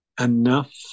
enough